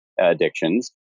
addictions